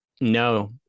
No